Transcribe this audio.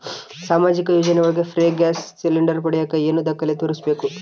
ಸಾಮಾಜಿಕ ಯೋಜನೆ ಒಳಗ ಫ್ರೇ ಗ್ಯಾಸ್ ಸಿಲಿಂಡರ್ ಪಡಿಯಾಕ ಏನು ದಾಖಲೆ ತೋರಿಸ್ಬೇಕು?